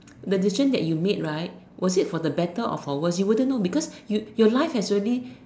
the decision that you made right was it for the better or for worse you wouldn't know because you your life has already